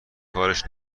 کارش